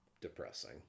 depressing